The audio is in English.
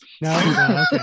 no